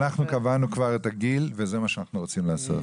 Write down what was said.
קבענו את הגיל כבר וזה מה שאנו רוצים לעשות.